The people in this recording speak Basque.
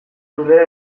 lurrera